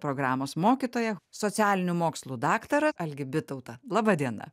programos mokytoją socialinių mokslų daktarą algį bitautą laba diena